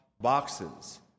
boxes